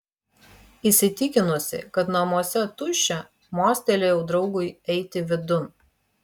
įsitikinusi kad namuose tuščia mostelėjau draugui eiti vidun